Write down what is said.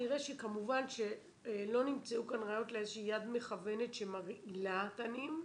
נראה שכמובן שלא נמצאו כאן ראיות לאיזושהי יד מכוונת שמרעילה תנים.